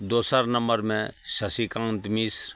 दोसर नम्मरमे शशिकान्त मिश्र